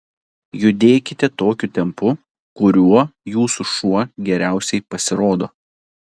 judėkite tokiu tempu kuriuo jūsų šuo geriausiai pasirodo